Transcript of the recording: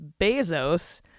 Bezos